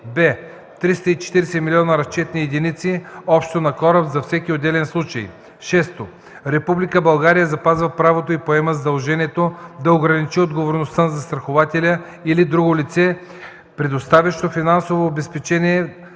б) 340 милиона разчетни единици общо на кораб за всеки отделен случай. 6. Република България запазва правото и поема задължението да ограничи отговорността на застрахователя или друго лице, предоставящо финансово обезпечение